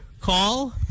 call